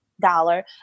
Dollar